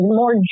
more